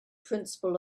principle